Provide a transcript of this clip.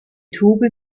tube